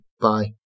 bye